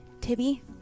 Tibby